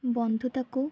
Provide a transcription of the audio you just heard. ବନ୍ଧୁତାକୁ